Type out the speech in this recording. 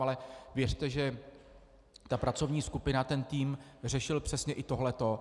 Ale věřte, že ta pracovní skupina, ten tým řešil přesně i tohleto.